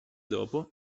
dopo